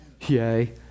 yay